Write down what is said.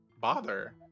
bother